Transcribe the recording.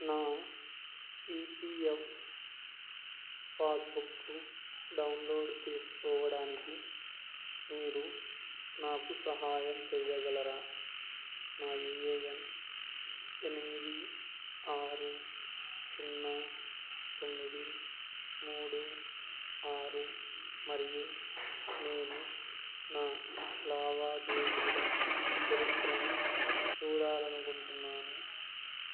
నా E P F passbook download చేసుకోవడానికి మీరు నాకు సహాయం చేయగలరా నా యూ ఏ ఎన్ ఎనిమిది ఆరు సున్నా తొమ్మిది మూడు ఆరు మరియు నేను నా లావాదేవీల చరిత్రను చూడాలి అనుకుంటున్నాను